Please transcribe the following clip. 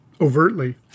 overtly